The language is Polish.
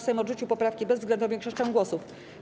Sejm odrzucił poprawki bezwzględną większością głosów.